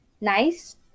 nice